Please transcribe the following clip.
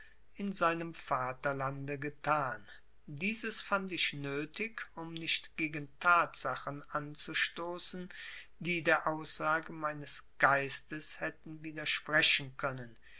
in seinem vaterlande getan dieses fand ich nötig um nicht gegen tatsachen anzustoßen die der aussage meines geistes hätten widersprechen können